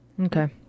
Okay